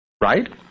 Right